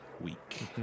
week